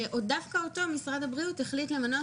שדווקא אותו משרד הבריאות החליט למנות